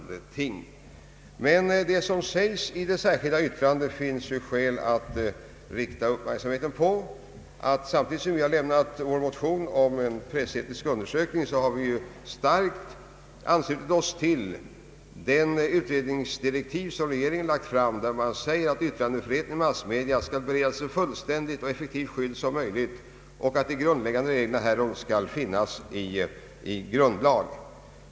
Det finns emellertid skäl att rikta uppmärksamheten på det som anförts i det särskilda yttrandet. Samtidigt som vi har avgivit en motion om en pressetisk undersökning har vi starkt anslutit oss till de utredningsdirektiv som regeringen lagt fram och av vilka det framgår att yttrandefriheten i massmedia skall beredas så fullständigt och effektivt skydd som möjligt och att de grundläggande reglerna härom skall finnas i grundlag.